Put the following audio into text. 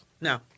No